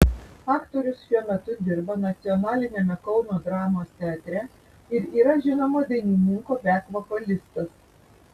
aktorius šiuo metu dirba nacionaliniame kauno dramos teatre ir yra žinomo dainininko bek vokalistas